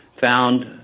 found